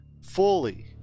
fully